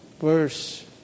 verse